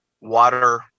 water